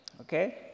Okay